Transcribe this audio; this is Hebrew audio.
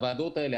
הוועדות האלה,